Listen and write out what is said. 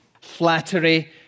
Flattery